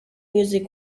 music